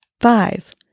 five